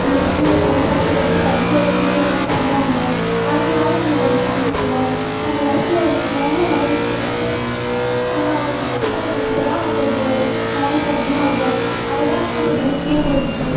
நம்மளை சின்ன வயசில் இருந்து கஷ்டப்பட்டு படிக்க வெச்சு எல்லாம் பண்ணுறாங்க அவங்களுக்காக நம்ம ஏதாவது பண்ணணும்ல நம்ம லைஃபில் ஒரு நல்ல லெவலுக்கு போய்ட்டு நம்ம அவங்களுக்கு பண்ணுற ஹெல்ப்பு தான் அவங்களுக்கு சாட்டிஷ்ஃபேக்ஷனாக இருக்கும் அது தான் அவங்களுக்கு திருப்தியை கொடுக்குமே